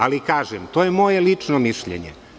Ali kažem, to je moje lično mišljenje.